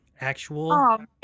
Actual